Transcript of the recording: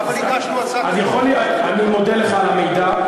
אני מודה לך על המידע.